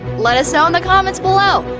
let us know in the comments below!